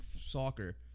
soccer